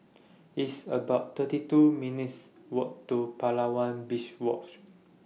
It's about thirty two minutes' Walk to Palawan Beach watch